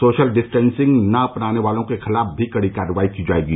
social distancing न अपनाने वालों के खिलाफ भी कड़ी कार्रवाई की जायेगी